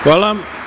Hvala.